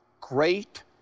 Great